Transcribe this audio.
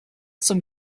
zum